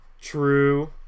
True